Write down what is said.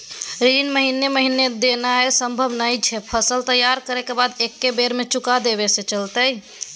ऋण महीने महीने देनाय सम्भव नय छै, फसल तैयार करै के बाद एक्कै बेर में चुका देब से चलते?